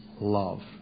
love